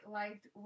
liked